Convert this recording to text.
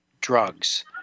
drugs